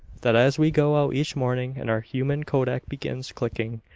that as we go out each morning and our human kodak begins clicking,